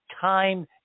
time